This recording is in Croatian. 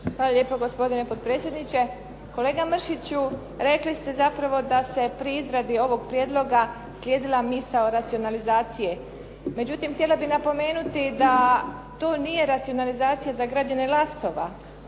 Hvala lijepo gospodine potpredsjedniče. Kolega Mršiću, rekli ste zapravo da se pri izradi ovog prijedloga slijedila misao racionalizacije. Međutim, htjela bih napomenuti da to nije racionalizacija da građani Lastova